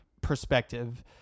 perspective